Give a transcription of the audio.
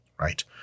right